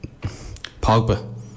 Pogba